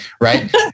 right